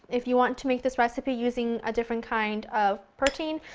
if you want to make this recipe using a different kind of protein,